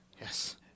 Yes